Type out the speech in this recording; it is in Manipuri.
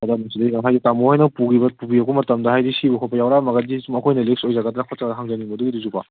ꯑꯗꯣ ꯃꯁꯤꯗꯩꯗ ꯍꯥꯏꯗꯤ ꯇꯥꯃꯣ ꯍꯣꯏꯅ ꯄꯨꯒꯤꯕ ꯄꯨꯕꯤꯔꯛꯄ ꯃꯇꯝꯗ ꯍꯥꯏꯗꯤ ꯁꯤꯕ ꯈꯣꯠꯄ ꯌꯥꯎꯔꯝꯃꯒꯗꯤ ꯁꯨꯝ ꯑꯩꯈꯣꯏꯅ ꯔꯤꯛꯁ ꯑꯣꯏꯖꯒꯗ꯭ꯔꯥ ꯈꯣꯠꯆꯒꯗ꯭ꯔꯥ ꯍꯪꯖꯅꯤꯡꯕ ꯑꯗꯨꯏꯗꯨꯁꯨꯀꯣ